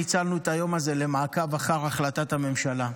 ניצלנו את היום הזה למעקב אחר החלטת הממשלה.